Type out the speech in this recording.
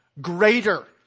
greater